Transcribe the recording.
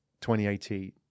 2018